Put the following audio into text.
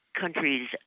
countries